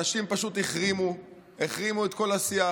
אנשים פשוט החרימו את כל השיח,